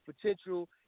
potential